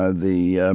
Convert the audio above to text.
ah the